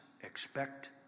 expect